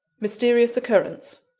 mysterious occurrence.